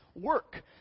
work